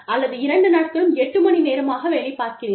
அல்லது இரண்டு நாட்களும் 8 மணி நேரமாக வேலை பார்க்கிறேன்